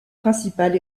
principal